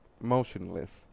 motionless